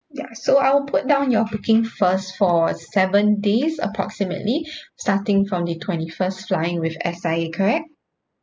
ya so I'll put down your booking first for seven days approximately starting from the twenty first flying with S_I_A correct